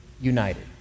united